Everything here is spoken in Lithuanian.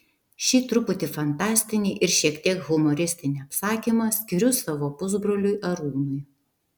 šį truputį fantastinį ir šiek tiek humoristinį apsakymą skiriu savo pusbroliui arūnui